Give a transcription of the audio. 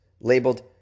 labeled